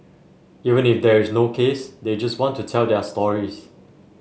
even if there is no case they just want to tell their stories